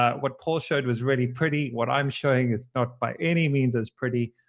ah what paul showed was really pretty. what i'm showing is not by any means as pretty.